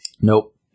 Nope